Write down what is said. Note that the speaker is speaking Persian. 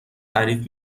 تعریف